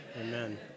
Amen